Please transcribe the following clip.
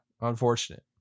unfortunate